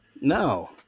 No